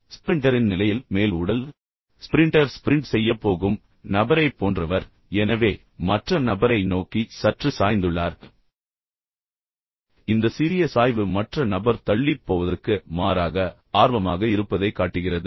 ஸ்ப்ரிண்டரின் நிலையில் மேல் உடல் எனவே ஸ்ப்ரிண்டர் ஸ்ப்ரிண்ட் செய்யப் போகும் நபரைப் போன்றவர் எனவே மற்ற நபரை நோக்கி சற்று சாய்ந்துள்ளார் எனவே இந்த சிறிய சாய்வு மற்ற நபர் தள்ளிப் போவதற்கு மாறாக ஆர்வமாக இருப்பதைக் காட்டுகிறது